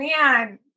man